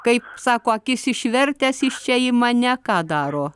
kaip sako akis išvertęs iš čia į mane ką daro